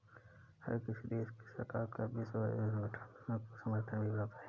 हर किसी देश की सरकार का विश्व बौद्धिक संपदा संगठन को समर्थन भी प्राप्त है